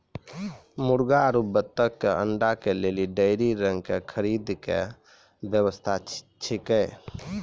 मुर्गी आरु बत्तक के अंडा के लेली डेयरी रंग के खरीद के व्यवस्था छै कि?